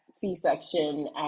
C-section